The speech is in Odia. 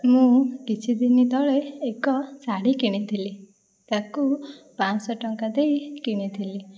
ମୁଁ କିଛି ଦିନି ତଳେ ଏକ ଶାଢ଼ୀ କିଣିଥିଲି ତାକୁ ପାଞ୍ଚ ଶହ ଟଙ୍କା ଦେଇ କିଣିଥିଲି